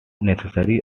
necessary